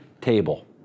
table